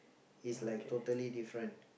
is like totally different